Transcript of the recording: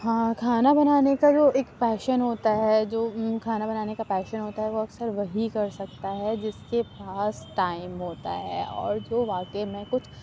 ہاں کھانا بنانے کا جو ایک پیشن ہوتا ہے جو کھانا بنانے کا پیشن ہوتا ہے وہ اکثر وہی کر سکتا ہے جس کے پاس ٹائم ہوتا ہے اور جو واقع میں کچھ